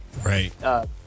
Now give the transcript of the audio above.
Right